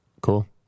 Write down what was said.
Cool